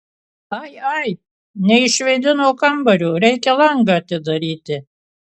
ai ai neišvėdino kambario reikia langą atidaryti